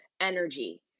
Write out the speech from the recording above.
energy